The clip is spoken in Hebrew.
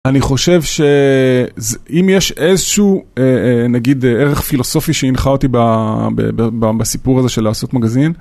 אני חושב שאם יש איזשהו נגיד ערך פילוסופי שהנחה אותי בסיפור הזה של לעשות מגזין.